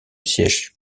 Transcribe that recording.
siègent